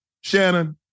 Shannon